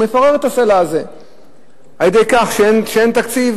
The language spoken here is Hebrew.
ומפוררת את הסלע הזה על-ידי כך שאין תקציב